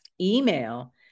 email